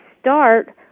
start